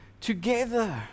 together